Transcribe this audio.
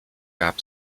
gab